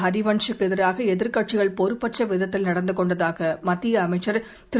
ஹரிவன்ஷ்க்கு எதிராக எதிர்க்கட்சிகள் பொறுப்பற்ற விதத்தில் நடந்து கொண்டதாக மத்திய அமைச்சர் திரு